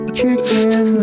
chicken